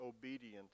obedient